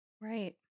Right